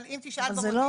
אבל אם תשאל במוקד,